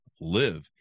live